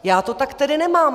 Já to tak tedy nemám.